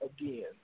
again